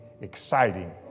exciting